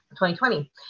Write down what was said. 2020